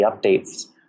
updates